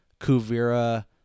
Kuvira